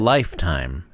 Lifetime